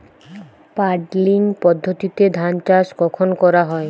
Puddling পদ্ধতিতে ধান চাষ কখন করা হয়?